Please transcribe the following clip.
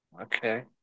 Okay